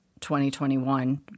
2021